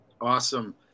Awesome